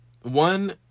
one